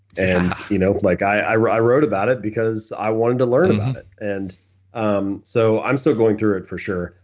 and you know like i wrote i wrote about it because i wanted to learn about it. and um so i'm still going through it for sure.